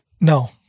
No